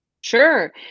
sure